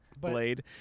Blade